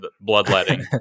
bloodletting